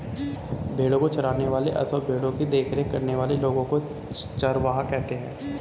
भेड़ों को चराने वाले अथवा भेड़ों की देखरेख करने वाले लोगों को चरवाहा कहते हैं